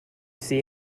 see